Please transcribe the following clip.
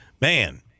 man